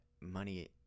money